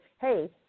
hey